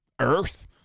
Earth